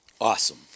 Awesome